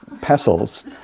pestles